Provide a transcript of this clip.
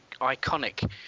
...iconic